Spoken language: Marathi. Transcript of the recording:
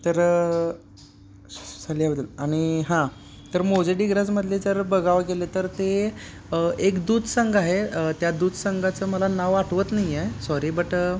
तर बद्दल आणि हां तर मौजे डिग्रजमधले जर बघावं गेलं तर ते एक दूधसंघ आहे त्या दूधसंघाचं मला नाव आठवत नाही आहे सॉरी बट